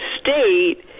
state